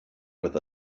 with